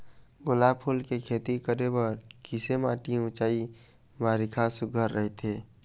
गुलाब फूल के खेती करे बर किसे माटी ऊंचाई बारिखा सुघ्घर राइथे?